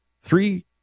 Three